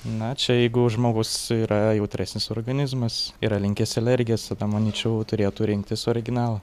na čia jeigu žmogus yra jautresnis organizmas yra linkęs į alergijas tada manyčiau turėtų rinktis originalą